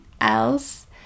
else